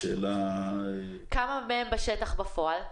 כמה מהם בשטח בפועל?